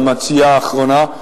המציעה האחרונה.